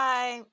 Bye